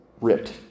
ripped